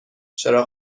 چراغ